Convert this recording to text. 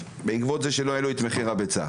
בעקבות זה שלא העלו את מחיר הביצה.